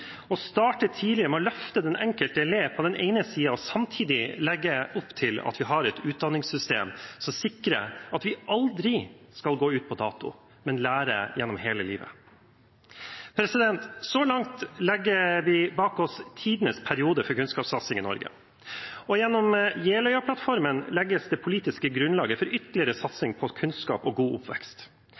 og starte tidlig med å løfte den enkelte elev og samtidig legge opp til at vi har et utdanningssystem som sikrer at vi aldri skal gå ut på dato, men lærer gjennom hele livet. Så langt legger vi bak oss tidenes periode for kunnskapssatsing i Norge, og gjennom Jeløya-plattformen legges det politiske grunnlaget for ytterligere satsing på kunnskap og god oppvekst.